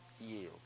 yield